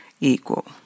equal